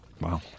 Wow